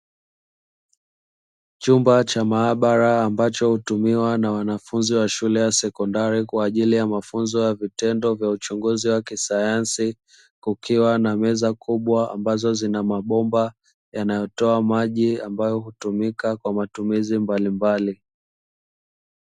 Chumba cha maabara ambacho hutumiwa na wanafunzi wa shule ya sekondari kwa ajili ya mafunzo ya vitendo vya uchunguzi wa kisayansi, kukiwa na meza kubwa ambazo zina mabomba yanatoa maji ambayo hutumika kwa matumizi mbalimbali.